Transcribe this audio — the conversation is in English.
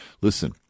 listen